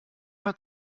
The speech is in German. hat